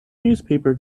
newspaper